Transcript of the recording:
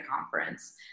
conference